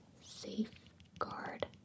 safeguard